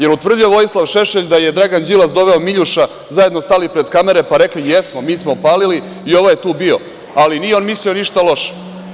Jel utvrdio Vojislav Šešelj da je Dragan Đilas doveo Miljuša, zajedno stali pred kamere, pa rekli – jesmo mi smo palili i ovaj je tu bio, ali nije on mislio ništa loše.